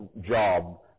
job